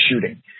shooting